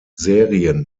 serien